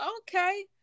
okay